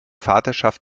vaterschaft